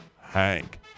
Hank